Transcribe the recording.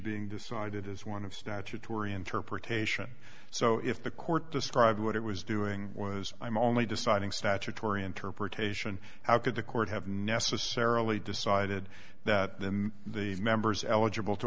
being decided is one of statutory interpretation so if the court described what it was doing was i'm only deciding statutory interpretation how could the court have necessarily decided that the members eligible to